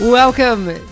Welcome